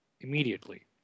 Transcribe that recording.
immediately